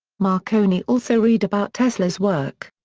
marconi also read about tesla's work.